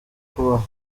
kubaho